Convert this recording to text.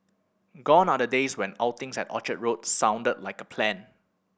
gone are the days when outings at Orchard Road sounded like a plan